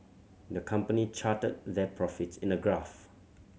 the company charted their profits in a graph